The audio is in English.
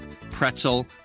pretzel